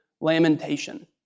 lamentation